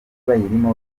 bayirimo